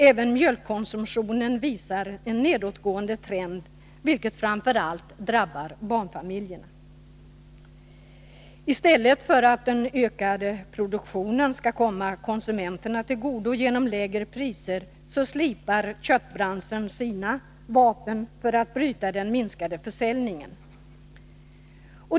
Även mjölkkonsumtionen visar en nedåtgående trend, vilket framför allt drabbar barnfamiljerna. I stället för att den ökade produktionen skall komma konsumenterna till godo genom lägre priser, slipar köttbranschen sina vapen för att bryta den minskade försäljningen.